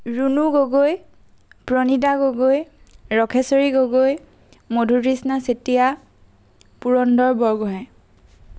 Runu Gogoi Pranita Gogoi Rakheshwari Gogoi Madhurtrishna Chetia Purandar Borgohain